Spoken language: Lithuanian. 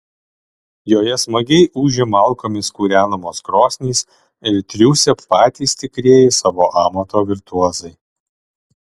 joje smagiai ūžia malkomis kūrenamos krosnys ir triūsia patys tikrieji savo amato virtuozai